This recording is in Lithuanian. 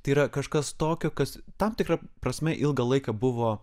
tai yra kažkas tokio kas tam tikra prasme ilgą laiką buvo